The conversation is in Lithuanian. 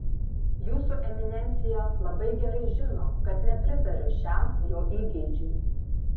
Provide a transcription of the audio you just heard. jūsų eminencija labai gerai žino kad nepritariu šiam jo įgeidžiui